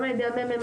גם ע"י הממ"מ,